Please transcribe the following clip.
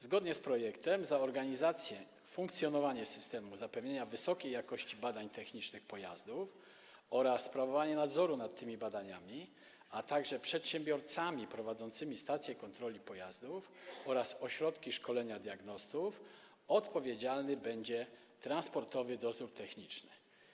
Zgodnie z projektem za organizację, funkcjonowanie systemu zapewnienia wysokiej jakości badań technicznych pojazdów oraz sprawowanie nadzoru nad tymi badaniami, a także przedsiębiorcami prowadzącymi stacje kontroli pojazdów oraz ośrodki szkolenia diagnostów odpowiedzialny będzie Transportowy Dozór Techniczny.